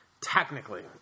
Technically